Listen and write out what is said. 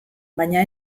baina